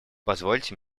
позвольте